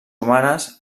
humanes